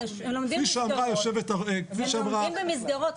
כפי שאמרה מנהל המחוז,